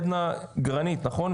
עדנה גרניט, נכון?